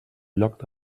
lloc